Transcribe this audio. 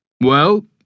Well